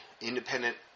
independent